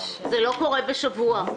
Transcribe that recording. זה לא קורה בשבוע.